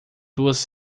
duas